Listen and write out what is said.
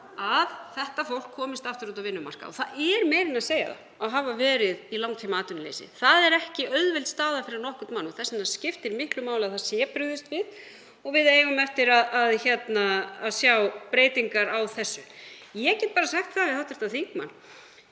að þetta fólk komist aftur út á vinnumarkað. Það er meira en að segja það að hafa verið í langtímaatvinnuleysi. Það er ekki auðveld staða fyrir nokkurn mann og þess vegna skiptir miklu máli að brugðist sé við. Við eigum eftir að sjá breytingar á þessu. Ég get bara sagt það við hv. þingmann